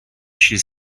she